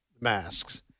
masks